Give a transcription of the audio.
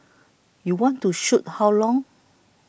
you want to shoot how long